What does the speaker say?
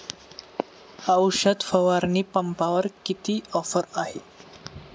औषध फवारणी पंपावर किती ऑफर आहे?